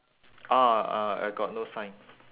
ah ah I got no sign